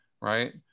right